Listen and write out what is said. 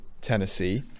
Tennessee